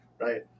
right